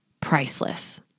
priceless